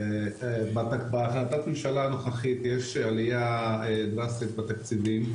בהחלטת הממשלה הנוכחית יש עלייה דרסטית בתקציבים.